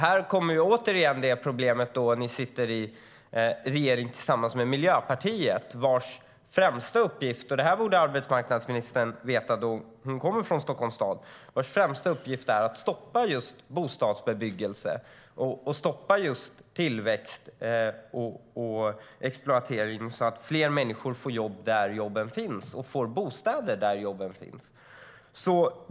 Här kommer återigen problemet att ni sitter i regering tillsammans med Miljöpartiet, vars främsta uppgift - och det borde arbetsmarknadsministern veta då hon kommer från Stockholms stad - är att stoppa just bostadsbebyggelse, tillväxt och exploatering för att fler människor ska få jobb där jobben finns och bostäder där jobben finns.